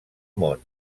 món